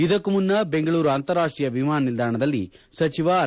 ಇದಕ್ಕೂ ಮುನ್ನ ಬೆಂಗಳೂರು ಅಂತಾರಾಷ್ಷೀಯ ವಿಮಾನ ನಿಲ್ದಾಣದಲ್ಲಿ ಸಚಿವ ಆರ್